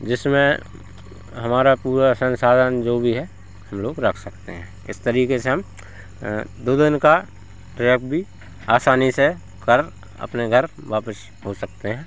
जिसमें हमारा पूरा संसाधन जो भी है हम लोग रख सकते हैं इस तरीक़े से हम दो दिन का ट्रैप भी आसानी से कर अपने घर वापस हो सकते हैं